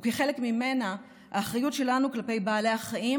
וכחלק ממנה האחריות שלנו כלפי בעלי החיים